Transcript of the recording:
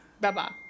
Bye-bye